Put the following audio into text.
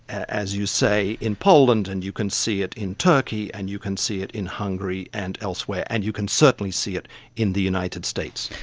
as you say, in poland, and you can see it in turkey and you can see it in hungary and elsewhere, and you can certainly see it in the united states.